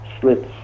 slits